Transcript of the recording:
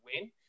win